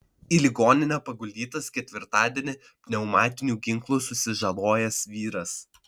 į ligoninę paguldytas ketvirtadienį pneumatiniu ginklu susižalojęs vyras